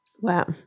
Wow